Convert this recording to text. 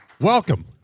Welcome